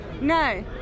No